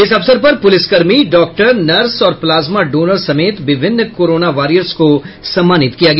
इस अवसर पर पुलिस कर्मी डॉक्टर नर्स और प्लाजमा डोनर समेत विभिन्न कोरोना वारियर्स को सम्मानित किया गया